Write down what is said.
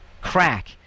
crack